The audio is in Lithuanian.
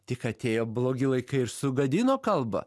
tik atėjo blogi laikai ir sugadino kalbą